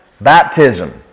baptism